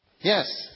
Yes